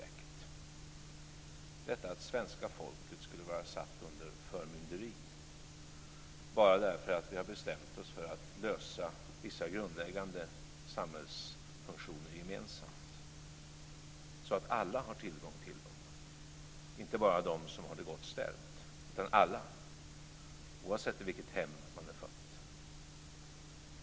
Det gäller detta att svenska folket skulle vara satt under förmynderi bara därför att vi har bestämt oss för att lösa vissa grundläggande samhällsfunktioner gemensamt, så att alla har tillgång till dem, inte bara de som har det gott ställt utan alla, oavsett i vilket hem de är födda.